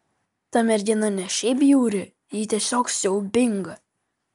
ta mergina ne šiaip bjauri ji tiesiog siaubinga